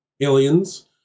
Aliens